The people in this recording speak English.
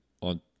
on